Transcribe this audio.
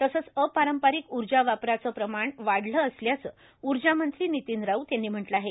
तसंच अपारंपारिक ऊर्जा वापराचं प्रमाण वाढलं असल्याचं उर्जामंत्री नितीन राऊत यांनी म्हटलं आहे